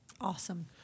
Awesome